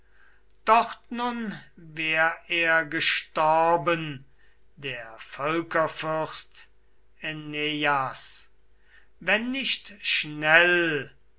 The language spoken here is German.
dort nun wär er gestorben der völkerfürst äneias wenn nicht schnell